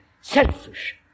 selfish